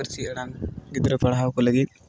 ᱯᱟᱹᱨᱥᱤ ᱟᱲᱟᱝ ᱜᱤᱫᱽᱨᱟᱹ ᱯᱟᱲᱦᱟᱣ ᱠᱚ ᱞᱟᱹᱜᱤᱫ